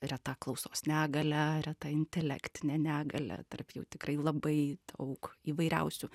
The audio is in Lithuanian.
reta klausos negalia reta intelektinė negalia tarp jau tikrai labai daug įvairiausių